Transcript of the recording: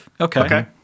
Okay